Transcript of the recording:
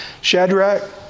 Shadrach